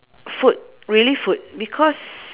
food really food because